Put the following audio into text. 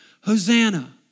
Hosanna